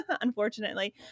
Unfortunately